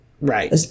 Right